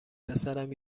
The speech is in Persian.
پسرم